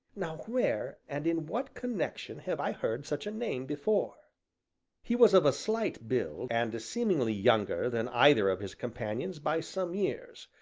now where, and in what connection, have i heard such a name before he was of a slight build, and seemingly younger than either of his companions by some years,